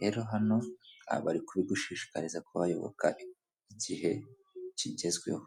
rero hano, aba bari kubigushishikariza kuba wayoboka igihe kigezweho.